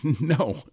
no